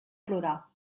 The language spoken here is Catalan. plorar